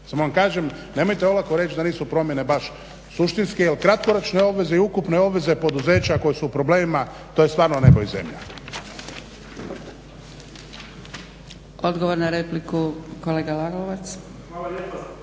Samo vam kažem nemojte olako reći da nisu promjene baš suštinske, jer kratkoročne obveze i ukupne obveze poduzeća koje su u problemima, to je stvarno nebo i zemlja.